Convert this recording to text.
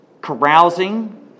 carousing